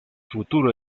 futuro